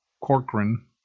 Corcoran